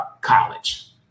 college